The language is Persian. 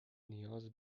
نیاز